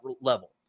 level